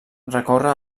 recorre